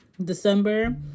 December